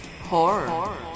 Horror